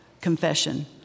confession